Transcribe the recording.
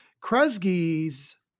Kresge's